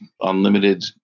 unlimited